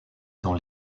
dans